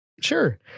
sure